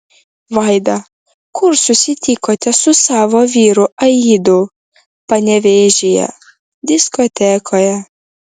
vaida kur susitikote su savo vyru aidu panevėžyje diskotekoje